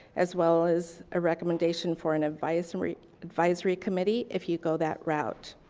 as well as a recommendation for an advisory advisory committee. if you go that route.